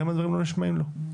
גם אם הדברים לא נשמעים לכם.